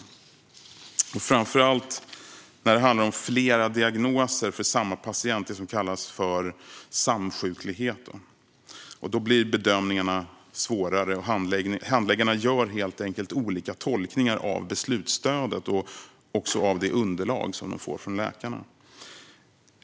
Detta gäller framför allt när det handlar om flera diagnoser för samma patient - det som kallas för samsjuklighet. Då blir bedömningarna svårare, och handläggarna gör helt enkelt olika tolkningar av beslutsstödet och av det underlag de får från läkarna.